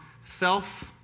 self